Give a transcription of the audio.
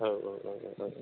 औ औ औ औ